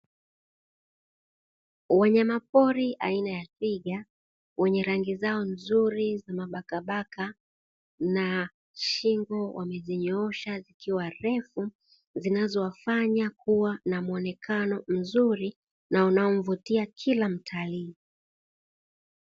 Wanyama pori aina ya twiga wenye rangi zao nzuri za mabakabaka na shingo wamezinyoosha zikiwa refu, zinazowafanya kuwa na muonekano mzuri na unaomvutia kila mtalii.